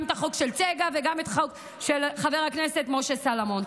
גם את החוק של צגה וגם את החוק של חבר הכנסת משה סלומון.